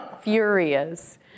furious